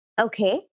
Okay